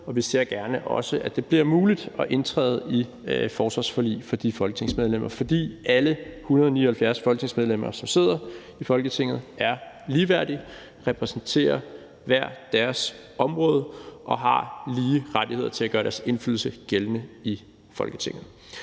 og vi ser også gerne, at det bliver muligt at indtræde i forsvarsforliget for alle folketingsmedlemmer, fordi alle 179 medlemmer, som sidder i Folketinget, er ligeværdige og repræsenterer hvert deres område og har lige rettigheder til at gøre deres indflydelse gældende i Folketinget.